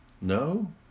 No